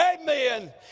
Amen